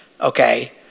okay